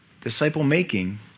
Disciple-making